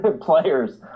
players